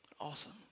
Awesome